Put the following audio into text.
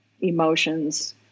emotions